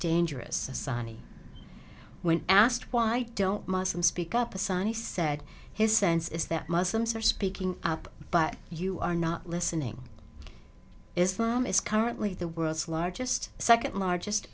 dangerous when asked why don't muslims speak up assignee said his sense is that muslims are speaking up but you are not listening islam is currently the world's largest second largest